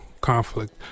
conflict